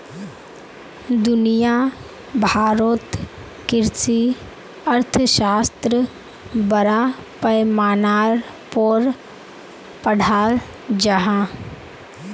दुनिया भारोत कृषि अर्थशाश्त्र बड़ा पैमानार पोर पढ़ाल जहा